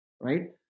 right